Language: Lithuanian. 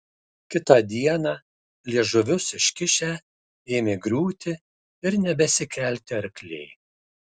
kitą dieną liežuvius iškišę ėmė griūti ir nebesikelti arkliai